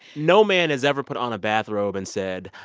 no man has ever put on a bathrobe and said,